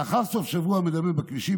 לאחר סוף שבוע מדמם בכבישים,